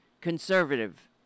conservative